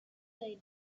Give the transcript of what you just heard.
they